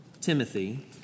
Timothy